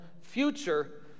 future